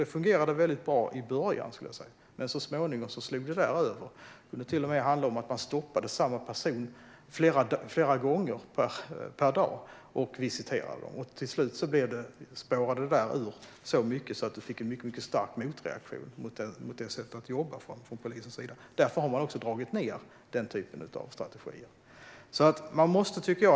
Det fungerade väldigt bra i början, men så småningom slog det över. Det kunde till och med vara så att man stoppade och visiterade samma person flera gånger per dag. Till slut spårade det ur så mycket att det blev en mycket stark motreaktion mot polisens sätt att jobba. Därför har man dragit ned på den typen av strategier.